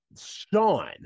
Sean